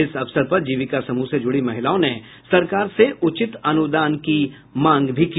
इस अवसर पर जीविका समूह से जुड़ी महिलाओं ने सरकार से उचित अनुदान की भी मांग की